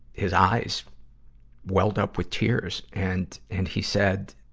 his eyes welled up with tears, and, and he said,